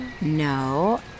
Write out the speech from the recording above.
No